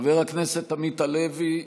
חבר הכנסת עמית הלוי,